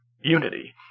unity